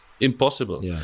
impossible